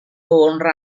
honra